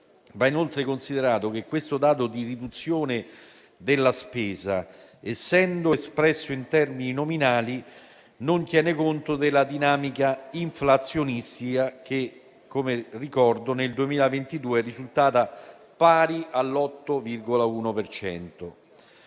Va inoltre considerato che questo dato di riduzione della spesa, essendo espresso in termini nominali, non tiene conto della dinamica inflazionistica, che nel 2022 è risultata pari all'8,1